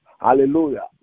Hallelujah